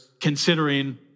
considering